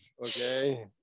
okay